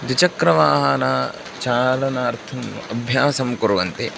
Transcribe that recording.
द्विचक्रवाहनचालनार्थम् अभ्यासं कुर्वन्ति